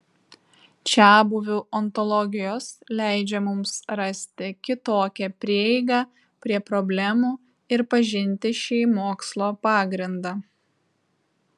čiabuvių ontologijos leidžia mums rasti kitokią prieigą prie problemų ir pažinti šį mokslo pagrindą